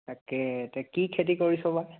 তাকে এতিয়া কি খেতি কৰিছ বা